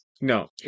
No